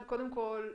קודם כול,